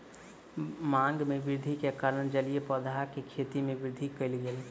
मांग में वृद्धि के कारण जलीय पौधा के खेती में वृद्धि कयल गेल